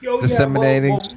disseminating